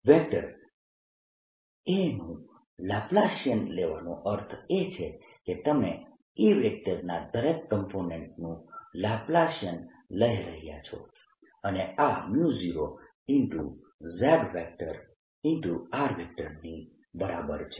vector A નું Laplacian લેવાનો અર્થ એ છે કે તમે A ના દરેક કોમ્પોનેન્ટનું લlપ્લાસિયન લઈ રહ્યા છો અને આ 0 J ની બરાબર છે